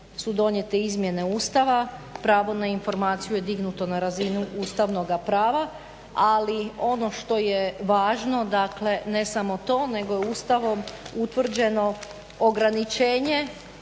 su donijete izmjene Ustava, pravo na informaciju je dignuto na razinu ustavnoga prava, ali ono što je važno dakle ne samo to, nego je Ustavom utvrđeno ograničenje,